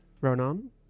Ronan